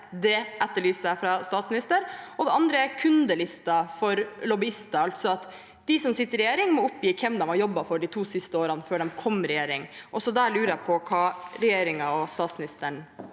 Det etterlyser jeg fra statsministeren. Den andre er kundelister for lobbyister, altså at de som sitter i regjering, må oppgi hvem de har jobbet for de to siste årene før de kom i regjering. Også der lurer jeg på hva regjeringen og statsministeren